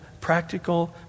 practical